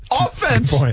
offense